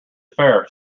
fair